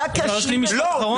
רק אשלים את זה.